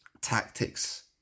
tactics